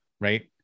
right